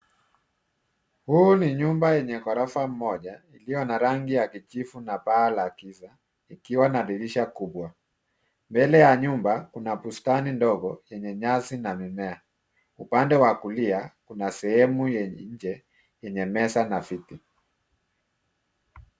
Huu ni nyumba enye ghorofa moja ikiwa na rangi ya kijivu na paa la giza ikiwa na dirisha kubwa. Mbele ya nyumba kuna bustani ndogo enye nyasi na mimea. Upande wa kulia kuna sehemu ya nje enye meza na viti.